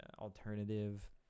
alternative